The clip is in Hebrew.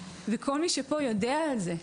ולראות אם זה הצליח.